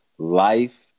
Life